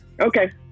okay